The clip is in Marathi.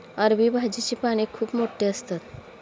अरबी भाजीची पाने खूप मोठी असतात